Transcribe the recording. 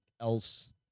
else